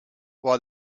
while